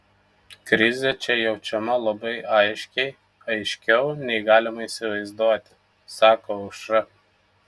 krizė čia jaučiama labai aiškiai aiškiau nei galima įsivaizduoti sako aušra